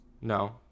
No